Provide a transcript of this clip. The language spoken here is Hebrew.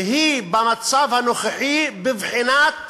שהיא במצב הנוכחי בבחינת